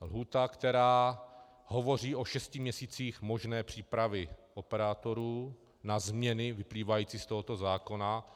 Lhůta, která hovoří o šesti měsících možné přípravy operátorů na změny vyplývající z tohoto zákona.